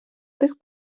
тих